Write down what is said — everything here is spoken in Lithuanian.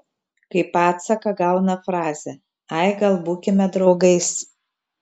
kaip atsaką gauna frazę ai gal būkime draugais